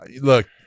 look